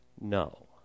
no